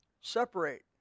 Separate